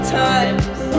times